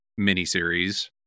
miniseries